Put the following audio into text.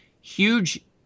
huge